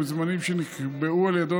ובזמנים שנקבעו על ידו,